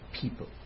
people